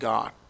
God